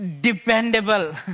dependable